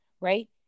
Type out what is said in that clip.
right